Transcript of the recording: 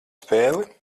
spēli